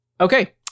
Okay